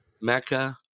Mecca